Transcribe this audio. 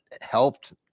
helped –